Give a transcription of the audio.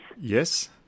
Yes